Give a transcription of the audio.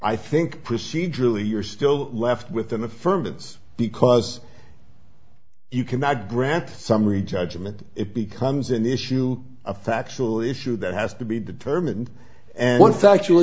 procedurally you're still left with an affirmative because you cannot grant summary judgment it becomes an issue a factual issue that has to be determined and one factual